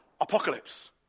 apocalypse